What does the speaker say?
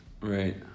right